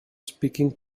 speaking